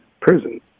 prison